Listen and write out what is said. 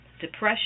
depression